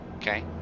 Okay